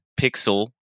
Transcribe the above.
pixel